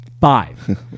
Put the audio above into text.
Five